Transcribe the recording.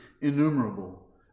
innumerable